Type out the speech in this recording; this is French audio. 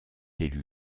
élu